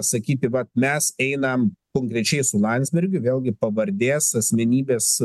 sakyti vat mes einam konkrečiai su landsbergiu vėlgi pavardės asmenybės